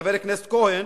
חבר הכנסת כהן,